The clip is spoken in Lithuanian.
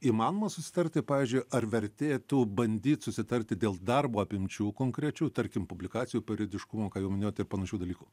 įmanoma susitarti pavyzdžiui ar vertėtų bandyt susitarti dėl darbo apimčių konkrečių tarkim publikacijų periodiškumo ką jau minėjot ir panašių dalykų